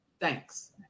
Thanks